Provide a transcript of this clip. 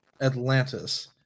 Atlantis